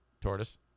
tortoise